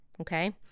Okay